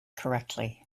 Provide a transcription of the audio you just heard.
correctly